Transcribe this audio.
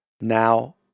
now